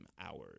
hours